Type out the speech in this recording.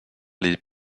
les